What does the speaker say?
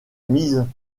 mises